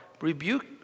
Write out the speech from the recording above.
Rebuke